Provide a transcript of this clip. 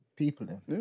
People